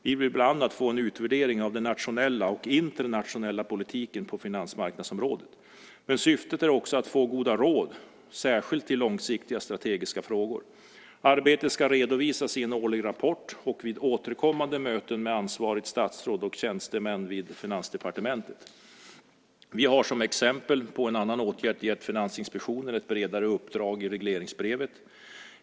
Vi vill bland annat få en utvärdering av den nationella och internationella politiken på finansmarknadsområdet, men syftet är också att få goda råd, särskilt i långsiktiga strategiska frågor. Arbetet ska redovisas i en årlig rapport och vid återkommande möten med ansvarigt statsråd och tjänstemän vid Finansdepartementet. Vi har som exempel på en annan åtgärd gett Finansinspektionen ett bredare uppdrag i regleringsbrevet.